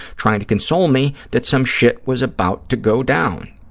trying to console me, that some shit was about to go down.